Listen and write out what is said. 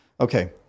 Okay